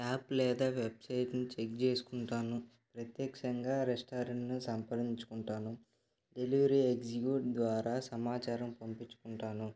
app లేదా వెబ్సైట్ని check చేసుకుంటాను ప్రత్యక్షంగా రెస్టారెంట్ను సంప్రదించుకుంటాను డెలివరీ ఎగ్జిక్యూట్ ద్వారా సమాచారం పంపించుకుంటాను